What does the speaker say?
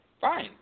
fine